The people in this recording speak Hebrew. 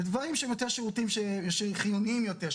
בדברים שמצריך שירותים שהם חיוניים יותר,